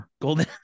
golden